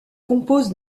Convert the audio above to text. compose